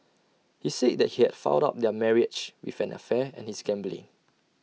he said that he had fouled up their marriage with an affair and his gambling